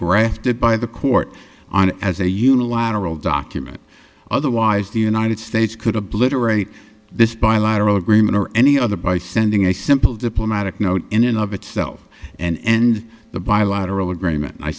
granted by the court on as a unilateral document otherwise the united states could obliterate this bilateral agreement or any other by sending a simple diplomatic note in and of itself and the bilateral agreement i